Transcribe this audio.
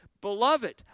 Beloved